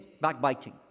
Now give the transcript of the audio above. backbiting